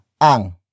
ang